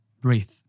breathe